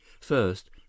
first